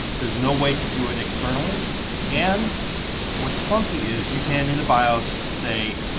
there's no way to do it externally and what's funky is you can in the bios say?